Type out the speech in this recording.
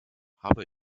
habe